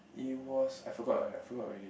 it was I forgot I forgot already